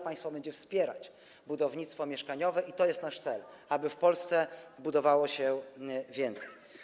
Państwo będzie wspierać budownictwo mieszkaniowe i to jest nasz cel: aby w Polsce budowało się więcej.